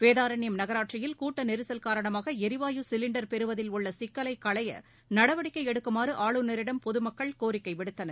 வேதாரண்யம் நகராட்சியில் கூட்ட நெரிசல் காரணமாக எரிவாயு சிலிண்டர் பெறுவதில் உள்ள சிக்கலை களைய நடவடிக்கை எடுக்குமாறு ஆளுநரிடம் பொது மக்கள் கோரிக்கை விடுத்தனர்